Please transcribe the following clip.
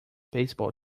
baseball